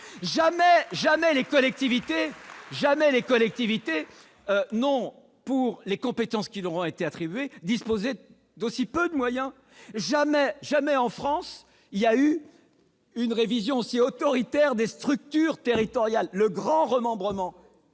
Jamais les collectivités n'ont, pour les compétences qui leur ont été attribuées, disposé de si peu de moyens ! Jamais en France il n'y a eu de révision si autoritaire des structures territoriales : le grand remembrement